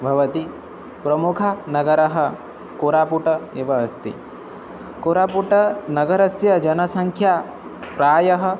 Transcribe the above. भवति प्रमुख नगरः कोरापुट एव अस्ति कोरापुट नगरस्य जनसङ्ख्या प्रायः